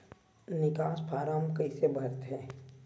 निकास फारम कइसे भरथे?